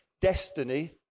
destiny